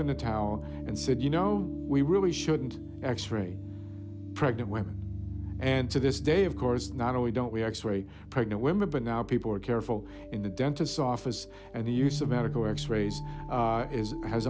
in the towel and said you know we really shouldn't x ray pregnant women and to this day of course not only don't we are pregnant women but now people are careful in the dentist's office and the use of medical x rays is has